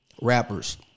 rappers